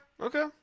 Okay